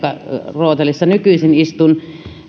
rootelissa nykyisin istun